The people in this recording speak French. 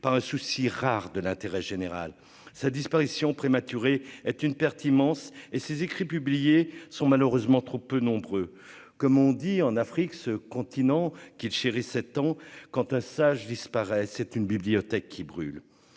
par un souci rare de l'intérêt général, sa disparition prématurée est une perte immense et ses écrits publiés sont malheureusement trop peu nombreux, comme on dit en Afrique, ce continent qu'il chérissait tant quant à sage disparaît, c'est une bibliothèque qui brûle